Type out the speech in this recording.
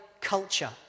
culture